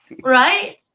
Right